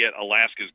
Alaska's